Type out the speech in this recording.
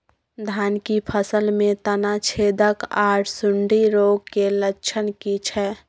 धान की फसल में तना छेदक आर सुंडी रोग के लक्षण की छै?